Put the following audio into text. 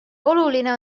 oluline